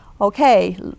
Okay